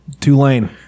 Tulane